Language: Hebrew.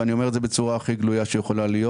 ואני אומר את זה בצורה הכי גלויה שיכולה להיות